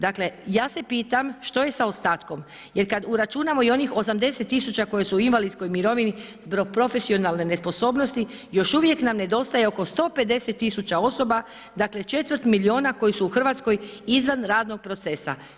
Dakle, ja se pitam što je sa ostatkom jer kad uračunamo i onih 80 tisuća koji su invalidskoj mirovini zbog profesionalne nesposobnosti još uvijek nam nedostaje oko 150 tisuća osoba, dakle, četvrt miliona koji su u Hrvatskoj izvan radnog procesa.